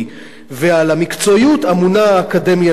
ועל המקצועיות אמונה האקדמיה למדעים.